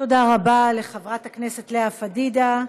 תודה רבה לחברת הכנסת לאה פדידה.